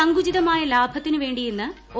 സങ്കുചിതമായ ലാഭത്തിന് വേണ്ടിയെന്ന് ഒ